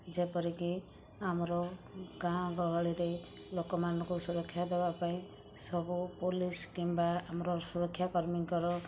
ଯେପରିକି ଆମର ଗାଁ ଗହଳିରେ ଲୋକମାନଙ୍କୁ ସୁରକ୍ଷା ଦବା ପାଇଁ ସବୁ ପୋଲିସ କିମ୍ବା ଆମର ସୁରକ୍ଷାକର୍ମୀଙ୍କ ର